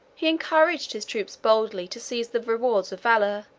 he encouraged his troops boldly to seize the rewards of valor,